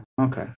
Okay